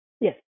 Yes